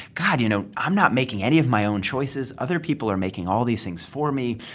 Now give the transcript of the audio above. god, you know, i'm not making any of my own choices. other people are making all these things for me.